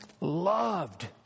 loved